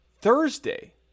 Thursday